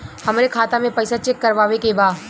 हमरे खाता मे पैसा चेक करवावे के बा?